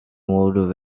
moved